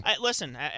Listen